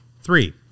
three